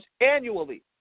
annually